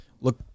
look